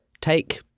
Take